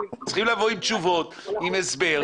צריך לבוא עם תשובות ועם הסבר.